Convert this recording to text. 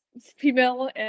female